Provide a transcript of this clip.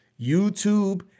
YouTube